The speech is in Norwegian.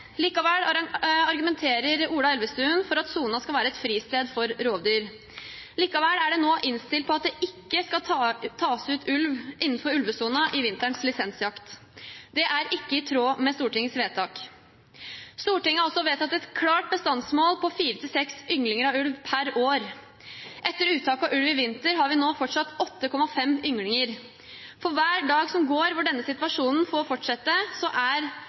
Likevel argumenterer Ola Elvestuen for at sonen skal være et fristed for rovdyr. Likevel er det nå innstilt på at det ikke skal tas ut ulv innenfor ulvesonen i vinterens lisensjakt. Det er ikke i tråd med Stortingets vedtak. Stortinget har også vedtatt et klart bestandsmål på 4–6 ynglinger av ulv per år. Etter uttak av ulv i vinter har vi nå fortsatt 8,5 ynglinger. For hver dag som går hvor denne situasjonen får fortsette, er